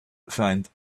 find